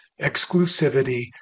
exclusivity